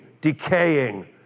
decaying